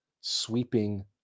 sweeping